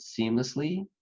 seamlessly